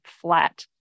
flat